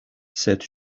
sed